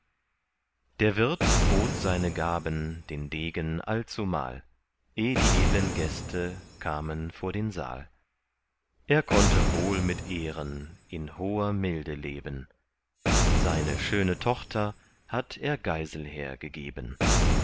der wirt bot seine gaben den degen allzumal eh die edlen gäste kamen vor den saal er konnte wohl mit ehren in hoher milde leben seine schöne tochter hatt er geiselher gegeben